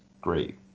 great